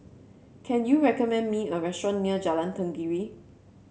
can you recommend me a restaurant near Jalan Tenggiri